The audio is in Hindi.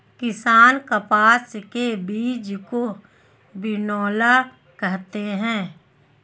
किसान कपास के बीज को बिनौला कहते है